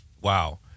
Wow